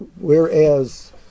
whereas